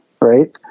right